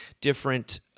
different